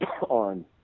on